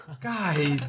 guys